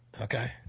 Okay